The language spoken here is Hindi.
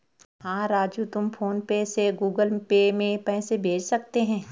हां राजू तुम फ़ोन पे से गुगल पे में पैसे भेज सकते हैं